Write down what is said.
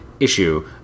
Issue